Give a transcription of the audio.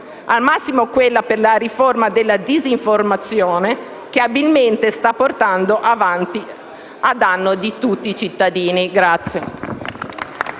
Al massimo quella per la riforma della disinformazione, che abilmente sta portando avanti a danno di tutti i cittadini.